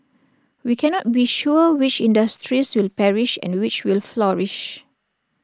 we cannot be sure which industries will perish and which will flourish